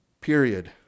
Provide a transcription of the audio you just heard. period